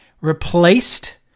replaced